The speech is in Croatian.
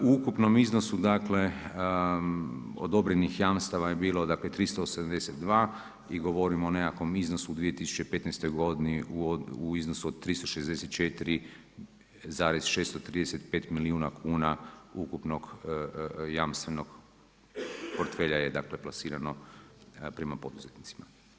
U ukupnom iznosu odobrenih jamstava je bilo 382 i govorimo o nekakvom iznosu u 2015. godini u iznosu od 364,635 milijuna kuna ukupnog jamstvenog portfelja je plasirano prema poduzetnicima.